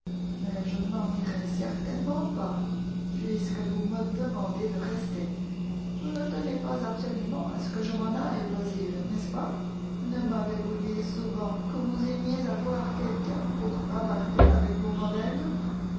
mais je ne m'en irai certainement pas puisque vous me demandez de rester vous ne tenez pas absolument à ce que je m'en aille basil nest ce pas ne m'avez-vous dit souvent que vous aimiez avoir quelqu'un pour bavarder avec vos modèles